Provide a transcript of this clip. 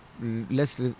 less